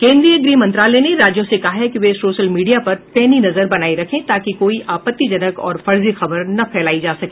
केन्द्रीय गृह मंत्रालय ने राज्यों से कहा है कि वे सोशल मीडिया पर पैनी नजर बनाये रखें ताकि कोई आपत्तिजनक और फर्जी खबर न फैलाई जा सके